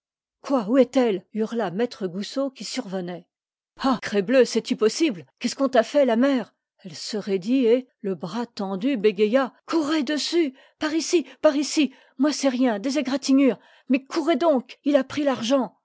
quoi où est-elle hurla maître goussot qui survenait ah crebleu cest i possible qu'est-ce qu'on t'a fait la mère elle se raidit et le bras tendu bégaya courez dessus par ici par ici moi c'est rien des égratignures mais courez donc il a pris l'argent